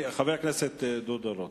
חבר הכנסת דב חנין, חכה.